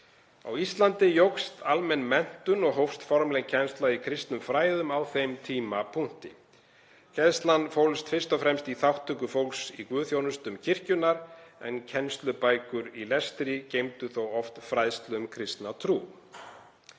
Á Íslandi jókst almenn menntun og hófst formleg kennsla í kristnum fræðum á þeim tímapunkti. Kennslan fólst fyrst og fremst í þátttöku fólks í guðsþjónustum kirkjunnar en kennslubækur í lestri geymdu þó oft fræðslu um kristna trú.